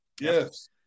yes